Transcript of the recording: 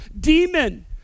demon